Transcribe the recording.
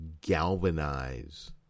galvanize